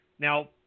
Now